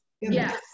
yes